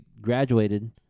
graduated